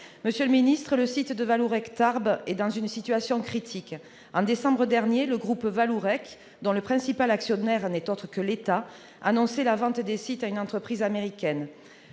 Monsieur le ministre, le site de Vallourec à Tarbes est dans une situation critique : en décembre dernier, le groupe Vallourec, dont le principal actionnaire n'est autre que l'État, annonçait la vente des sites à une entreprise américaine.